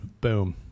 Boom